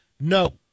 no